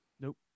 Nope